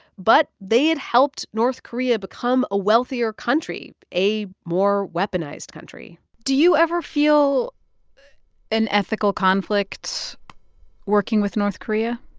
but they had helped north korea become a wealthier country, a more weaponized country do you ever feel an ethical conflict working with north korea?